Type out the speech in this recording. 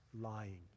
lying